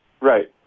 Right